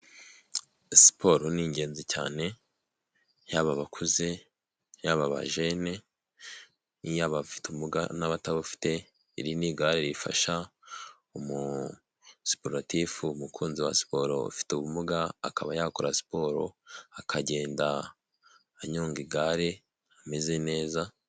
Siporo ni ingenzi cyane, yaba abakuze yaba abajene, yaba abafitemuga n'abatabufite. Iri ni igare rifasha umusiporotifu, umukunzi wa siporo ufite ubumuga, akaba yakora siporo akagenda anyonga igare, ameze neza.